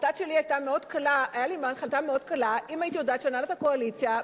היתה לי החלטה מאוד קלה אם הייתי יודעת שהנהלת הקואליציה,